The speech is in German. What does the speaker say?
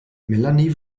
melanie